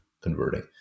converting